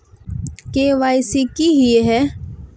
KYC की हिये है?